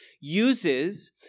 uses